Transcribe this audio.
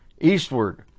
eastward